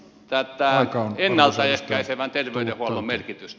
aika on arvoisa edustaja tullut täyteen